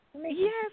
Yes